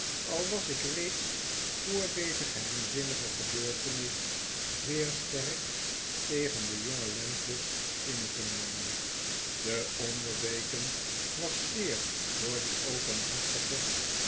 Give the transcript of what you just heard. al was ik reeds voor deze geheimzinnige gebeurtenis zeer sterk tegen den jongen landless ingenomen de onder deken was zeer door die